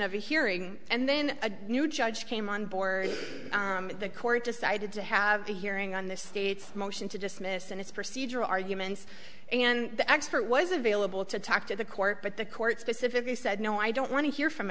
a hearing and then a new judge came on board the court decided to have a hearing on the state's motion to dismiss and it's procedural arguments and the expert was available to talk to the court but the court specifically said no i don't want to hear from